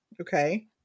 Okay